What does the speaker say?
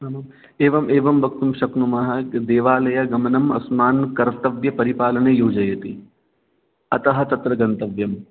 एवं एवं वक्तुं शक्नुमः देवालयगमनम् अस्मान् कर्तव्यपरिपालने योजयति अतः तत्र गन्तव्यं